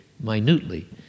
minutely